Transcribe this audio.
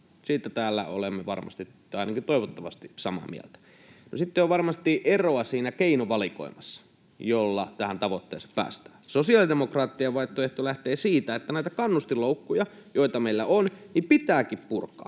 Siitä täällä olemme varmasti tai ainakin toivottavasti samaa mieltä. Sitten on varmasti eroa siinä keinovalikoimassa, jolla tähän tavoitteeseen päästään. Sosiaalidemokraattien vaihtoehto lähtee siitä, että näitä kannustinloukkuja, joita meillä on, pitääkin purkaa,